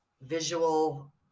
visual